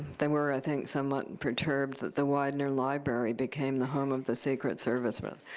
they were, i think, somewhat perturbed that the widener library became the home of the secret service. but